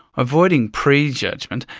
avoiding pre-judgement,